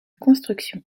construction